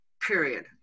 period